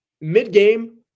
mid-game